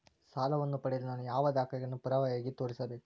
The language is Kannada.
ಸಾಲವನ್ನು ಪಡೆಯಲು ನಾನು ಯಾವ ದಾಖಲೆಗಳನ್ನು ಪುರಾವೆಯಾಗಿ ತೋರಿಸಬೇಕು?